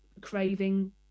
craving